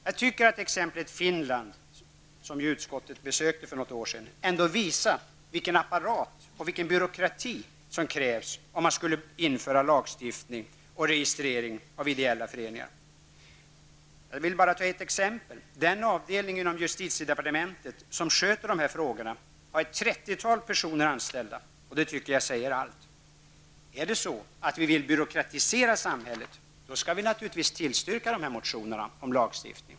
Jag tycker att förhållandena i Finland, som utskottet besökte för något år sedan, ändå visar vilken apparat och vilken byråkrati som krävs om man skulle införa lagstiftning och registrering av ideella föreningar. Låt mig nämna ett exempel. Den avdelning inom justitiedepartementet som sköter dessa frågor har ett trettiotal personer anställda. Det tycker jag säger allt. Är det så att vi vill byråkratisera samhället, så skall vi naturligtvis tillstyrka dessa motioner om lagstiftning.